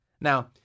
Now